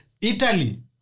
Italy